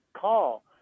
call